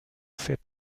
fährt